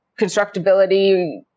constructability